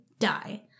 die